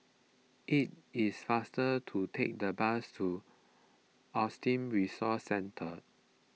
it is faster to take the bus to Autism Resource Centre